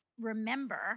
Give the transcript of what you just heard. remember